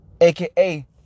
aka